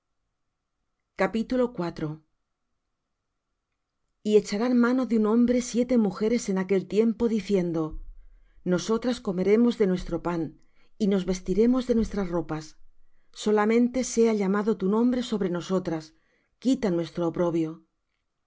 en tierra y echaran mano de un hombre siete mujeres en aquel tiempo diciendo nosotras comeremos de nuestro pan y nos vestiremos de nuestras ropas solamente sea llamado tu nombre sobre nosotras quita nuestro oprobio